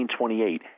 1928